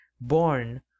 born